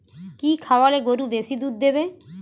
কি খাওয়ালে গরু বেশি দুধ দেবে?